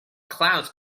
clouds